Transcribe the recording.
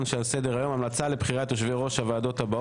על סדר היום: המלצה לבחירת יושבי ראש ועדות.